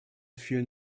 vielen